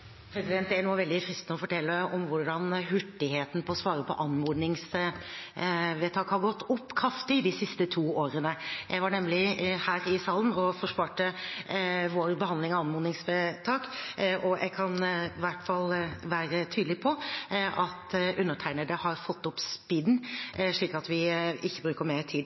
Det er nå veldig fristende å fortelle om hvordan hurtigheten når det gjelder å svare på anmodningsvedtak, har gått opp kraftig de siste to årene. Jeg var nemlig her i salen og forsvarte vår behandling av anmodningsvedtak. Jeg kan i hvert fall være tydelig på at undertegnede har fått opp speeden, slik at vi ikke bruker mer tid